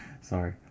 Sorry